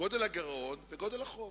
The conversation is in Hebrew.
גודל הגירעון וגודל החוב.